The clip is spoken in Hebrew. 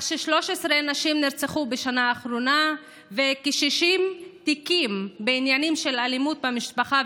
13 נשים נרצחו בשנה האחרונה וכ-60 תיקים בעניינים של אלימות במשפחה,